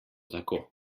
tako